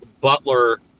Butler